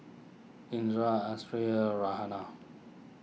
Indra Raihana